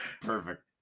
Perfect